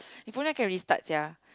if only I can restart sia